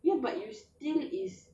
I don't know you steal